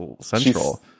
Central